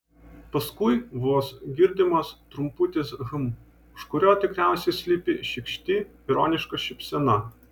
paskui vos girdimas trumputis hm už kurio tikriausiai slypi šykšti ironiška šypsena